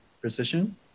precision